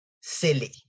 silly